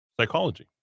psychology